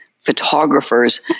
photographers